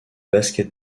basket